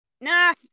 Nah